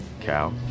Cow